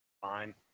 fine